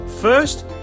First